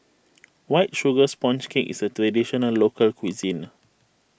White Sugar Sponge Cake is a Traditional Local Cuisine